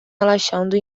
relaxando